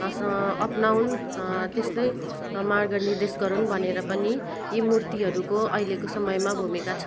अफ्नाउँन त्यस्तै मार्ग निर्देश गरुन भनेर पनि यी मुर्तिहरूको अहिलेको समयमा भूमिका छ